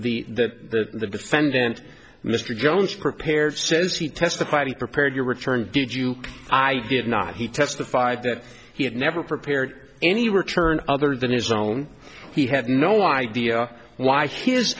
f the that the defendant mr jones prepared says he testified he prepared your return did you i did not he testified that he had never prepared any return other than his own he had no idea why his